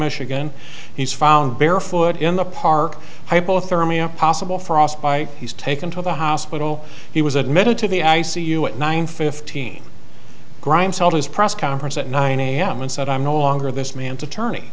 michigan he's found barefoot in the park hypothermia possible frostbite he's taken to the hospital he was admitted to the i c u at nine fifteen grimes held his press conference at nine am and said i'm no longer this man's attorney